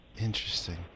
Interesting